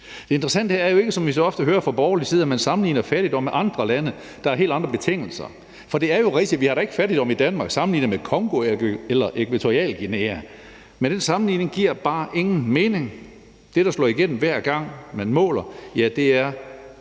Det interessante er jo ikke, som vi så ofte hører fra borgerlig side, at man sammenligner fattigdom med andre lande, der har helt andre betingelser. For det er jo rigtigt, at vi da ikke har fattigdom i Danmark sammenlignet med Congo eller Ækvatorialguinea, men den sammenligning giver bare ingen mening. Det, der slår igennem, hver gang man måler, er den